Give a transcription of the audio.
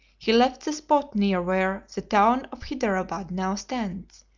he left the spot near where the town of hyderabad now stands,